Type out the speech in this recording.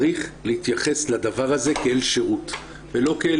צריך להתייחס לדבר הזה כאל שירות ולא כאל